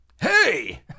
Hey